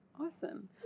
Awesome